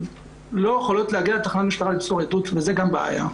לא יכולות להגיע לתחנת המשטרה למסור עדות וזו גם בעיה.